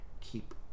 keep